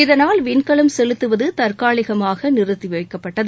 இதனால் விண்கலம் செலுத்துவது தற்காலிகமாக நிறுத்தி வைக்கப்பட்டது